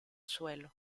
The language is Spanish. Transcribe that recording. suelo